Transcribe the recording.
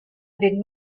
did